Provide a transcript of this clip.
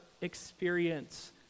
experience